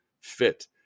fit